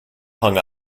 hung